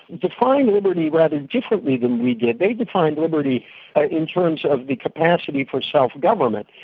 defined liberty rather differently than we did they defined liberty in terms of the capacity for self-government.